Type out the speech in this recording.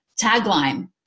tagline